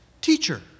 teacher